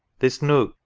this nook,